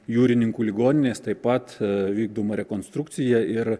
jūrininkų ligoninės taip pat vykdoma rekonstrukcija ir